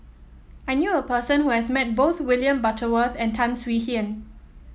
I knew a person who has met both William Butterworth and Tan Swie Hian